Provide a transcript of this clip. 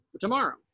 tomorrow